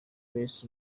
beatz